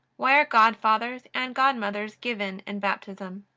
why are godfathers and godmothers given in baptism?